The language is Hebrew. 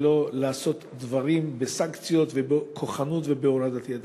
ולא לעשות דברים בסנקציות, בכוחנות ובהורדת ידיים.